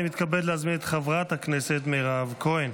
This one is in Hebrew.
אני מתכבד להזמין את חברת הכנסת מירב כהן.